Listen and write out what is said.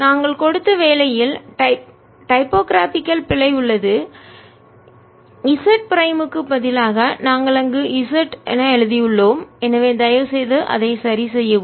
நாங்கள் கொடுத்த வேலையில் டைபோகிராபிகல் அச்சுக்கலை பிழை உள்ளது z பிரைமுக்கு பதிலாக நாம் அங்கு z எழுதியுள்ளோம் எனவே தயவுசெய்து அதை சரிசெய்யவும்